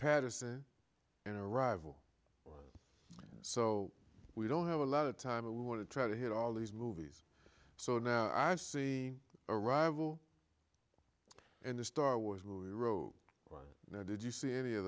patterson in a rival so we don't have a lot of time and we want to try to hit all these movies so now i see a rival in the star wars movie row you know did you see any of